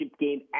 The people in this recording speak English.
game